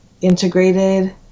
integrated